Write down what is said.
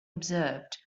observed